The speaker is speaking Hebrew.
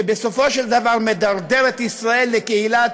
שבסופו של דבר מדרדר את ישראל לקהילת